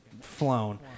flown